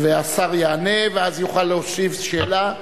והשר יענה, ואז יוכל להוסיף שאלה.